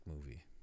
movie